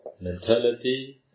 mentality